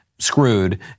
screwed